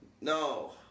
No